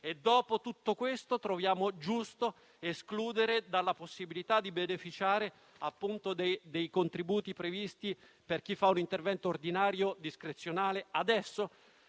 Dopo tutto questo, troviamo giusto escludere quelle persone dalla possibilità di beneficiare, appunto, dei contributi previsti per chi fa un intervento ordinario discrezionale adesso?